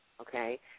okay